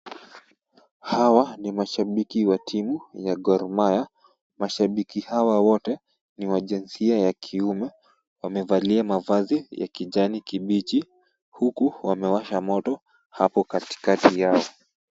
Hawa ni mashabiki wa timu ya Gor Mahia. Mashabiki hawa wote ni wa jinsia ya kiume. Wamevalia mavazi ya kijani kibichi huku wamewasha hapo moto kati kati yao.